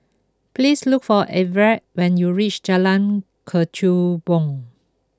please look for Everet when you reach Jalan Kechubong